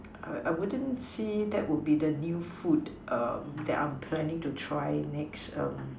I I wouldn't say that will be the new food um that I am planning to try next um